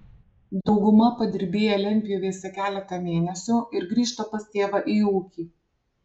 dauguma padirbėja lentpjūvėse keletą mėnesių ir grįžta pas tėvą į ūkį